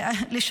ביום-יום.